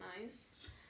nice